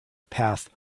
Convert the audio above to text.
path